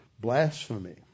blasphemy